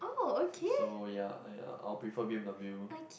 so ya I'll I will prefer B_M_W